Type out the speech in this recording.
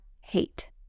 hate